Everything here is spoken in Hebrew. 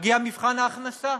מגיע מבחן ההכנסה.